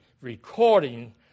recording